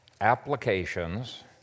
applications